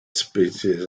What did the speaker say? species